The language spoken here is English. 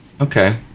okay